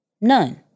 None